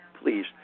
please